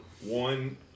One